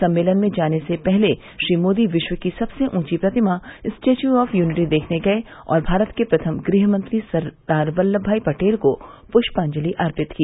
सम्मेलन में जाने से पहले श्री मोदी विश्व की सबसे ऊंची प्रतिमा स्टेच्यू ऑफ यूनिटी देखने गए और भारत के प्रथम गृहमंत्री सरदार वल्लम भाई पटेल को पुष्पांजलि अर्पित की